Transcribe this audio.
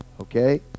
Okay